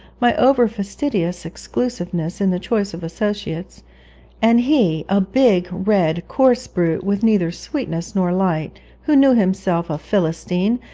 my over-fastidious exclusiveness in the choice of associates and he, a big, red, coarse brute, with neither sweetness nor light, who knew himself a philistine,